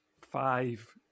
five